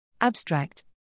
Abstract